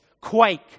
quake